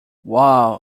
wow